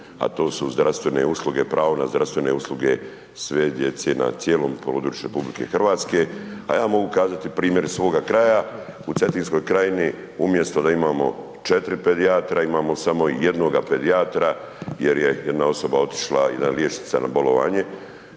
a to su zdravstvene usluge, pravo na zdravstvene usluge sve djece na cijelom području RH, a ja mogu kazati primjer iz svoga kraja, u Cetinskoj krajini umjesto da imamo 4 pedijatra imamo samo jednoga pedijatra jer je jedna osoba otišla, jedna liječnica na bolovanje